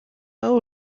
how